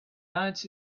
lights